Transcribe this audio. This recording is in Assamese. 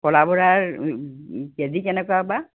কলা বৰাৰ কেজি কেনেকুৱা বা